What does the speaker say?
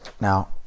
Now